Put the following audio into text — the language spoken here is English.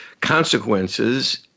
consequences